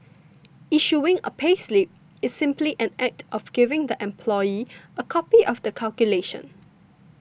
issuing a payslip is simply an act of giving the employee a copy of the calculation